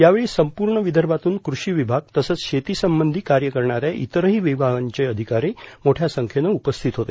यावेळी संपूर्ण विदर्भातून क्रषी विभाग तसंच शेती संबंधी कार्य करणाऱ्या इतरही विभागांचे अधिकारी मोठ्या संख्येनं उपस्थित होते